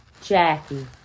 Jackie